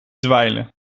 dweilen